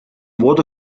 wurde